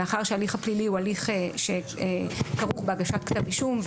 שמאחר וההליך הפלילי הוא הליך שכרוך בהגשת כתב אישום,